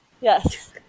Yes